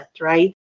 right